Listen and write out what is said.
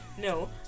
no